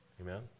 amen